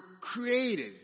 created